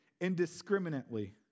indiscriminately